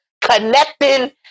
connecting